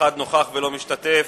נוכח אחד שלא משתתף.